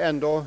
gynnsamma.